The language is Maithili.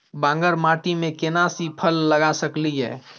बांगर माटी में केना सी फल लगा सकलिए?